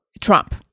Trump